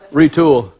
retool